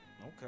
Okay